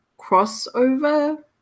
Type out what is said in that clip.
crossover